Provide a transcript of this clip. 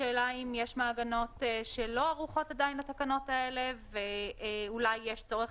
השאלה אם יש מעגנות שלא ערוכות עדיין לתקנות האלה ואולי יש צורך